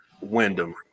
Wyndham